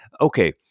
okay